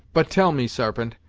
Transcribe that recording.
but, tell me, sarpent,